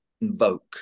Invoke